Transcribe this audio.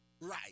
right